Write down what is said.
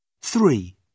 Three